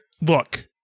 Look